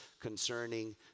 concerning